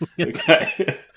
Okay